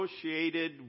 associated